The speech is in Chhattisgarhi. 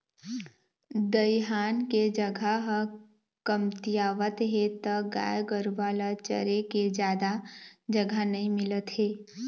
दइहान के जघा ह कमतियावत हे त गाय गरूवा ल चरे के जादा जघा नइ मिलत हे